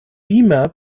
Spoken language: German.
beamer